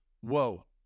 whoa